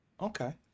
okay